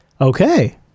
Okay